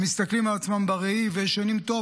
הם מסתכלים על עצמם בראי וישנים טוב,